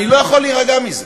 אני לא יכול להירגע מזה.